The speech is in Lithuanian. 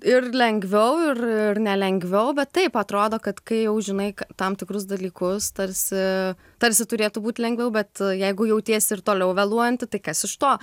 ir lengviau ir ir nelengviau bet taip atrodo kad kai jau žinai ka tam tikrus dalykus tarsi tarsi turėtų būt lengviau bet jeigu jautiesi ir toliau vėluojanti tai kas iš to